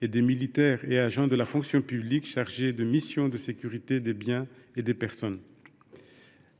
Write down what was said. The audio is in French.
les militaires et agents de la fonction publique chargés de missions de sécurité des biens et des personnes. Ensuite,